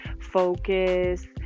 focus